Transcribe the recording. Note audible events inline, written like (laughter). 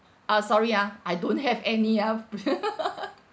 ah sorry ah I don't have any ah (laughs)